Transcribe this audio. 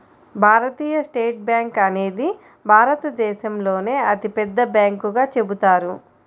భారతీయ state bank అనేది భారతదేశంలోనే అతిపెద్ద బ్యాంకుగా చెబుతారు